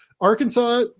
Arkansas